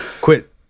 quit